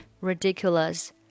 ridiculous